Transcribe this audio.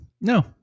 No